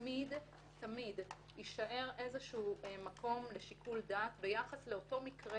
תמיד תמיד יישאר מקום לשיקול דעת ביחס לאותו מקרה